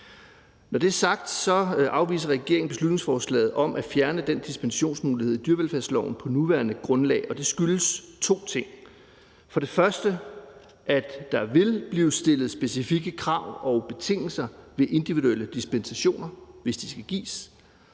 Når det er sagt, afviser regeringen beslutningsforslaget om at fjerne den dispensationsmulighed i dyrevelfærdsloven på det nuværende grundlag, og det skyldes to ting. For det første skyldes det, at der vil blive stillet specifikke krav og betingelser ved individuelle dispensationer, hvis de skal gives,